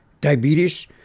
diabetes